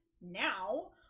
now